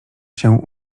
się